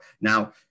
Now